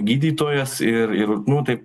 gydytojas ir ir nu tai